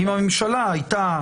אם הממשלה הייתה